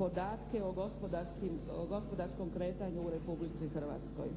podatke o gospodarskom kretanju u Republici Hrvatskoj,